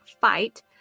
fight